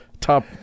top